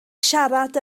siarad